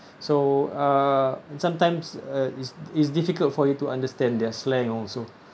so uh sometimes uh it's it's difficult for you to understand their slang also